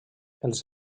els